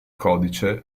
codice